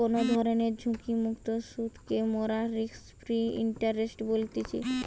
কোনো ধরণের ঝুঁকিমুক্ত সুধকে মোরা রিস্ক ফ্রি ইন্টারেস্ট বলতেছি